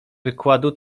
wykładu